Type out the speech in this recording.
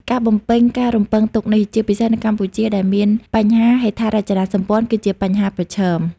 ការបំពេញការរំពឹងទុកនេះ ជាពិសេសនៅកម្ពុជាដែលមានបញ្ហាហេដ្ឋារចនាសម្ព័ន្ធ គឺជាបញ្ហាប្រឈម។